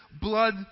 blood